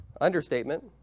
understatement